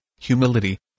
humility